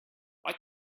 why